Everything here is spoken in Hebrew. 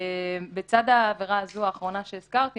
בצד העבירה הזו האחרונה שהזכרתי